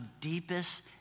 deepest